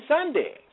Sunday